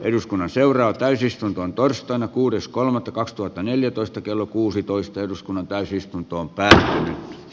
eduskunnan seuraa täysistuntoon torstaina kuudes kolme kaksituhattaneljätoista kello kuusitoista eduskunnan täysistuntoon päällään